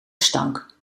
stank